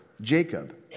Jacob